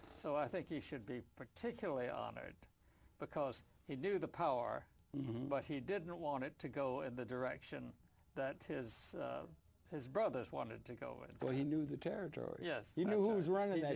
so i think he should be particularly honored because he do the power but he didn't want it to go in the direction that his his brothers wanted to go and so he knew the territory yes you know who was running